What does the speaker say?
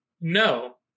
no